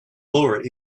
lower